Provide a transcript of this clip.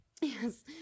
Yes